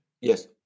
Yes